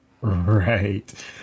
Right